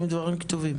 כתובים.